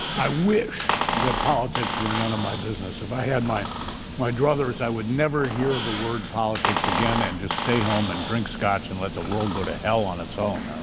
i wish that politics were none of my business. if i had my my druthers, i would never hear the word politics again and just stay home and drink scotch and let the world go to hell on its own.